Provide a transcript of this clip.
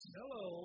Hello